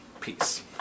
Peace